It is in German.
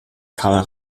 carl